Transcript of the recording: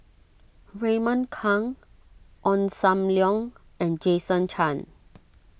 Raymond Kang Ong Sam Leong and Jason Chan